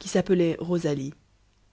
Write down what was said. qui s'appelait rosalie